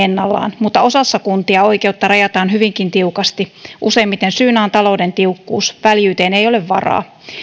ennallaan mutta osassa kuntia oikeutta rajataan hyvinkin tiukasti useimmiten syynä on talouden tiukkuus väljyyteen ei ole varaa